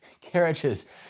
carriages